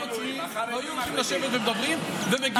------ ומדברים ומגיעים להבנות.